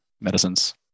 medicines